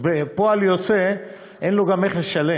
אז בפועל יוצא, אין לו גם איך לשלם.